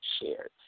shared